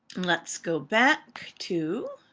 let's go back to.